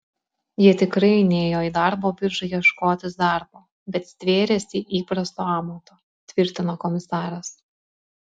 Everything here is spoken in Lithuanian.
jie tikrai nėjo į darbo biržą ieškotis darbo bet stvėrėsi įprasto amato tvirtino komisaras